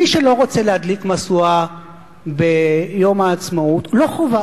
מי שלא רוצה להדליק משואה ביום העצמאות, לא חובה.